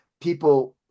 people